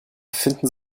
finden